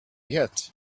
yet